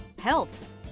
Health